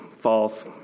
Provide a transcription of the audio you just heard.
False